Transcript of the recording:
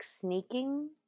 sneaking